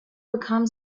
bekam